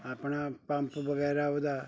ਆਪਣਾ ਪੰਪ ਵਗੈਰਾ ਉਹਦਾ